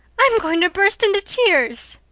i'm going to burst into tears!